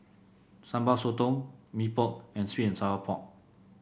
Sambal Sotong Mee Pok and sweet and Sour Pork